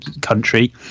country